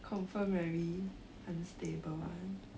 confirm very unstable [one]